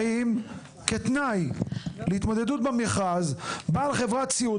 האם כתנאי להתמודדות במכרז בעל חברת סיעוד